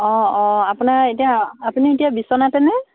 অঁ অঁ আপোনাৰ এতিয়া আপুনি এতিয়া বিচনাতেনে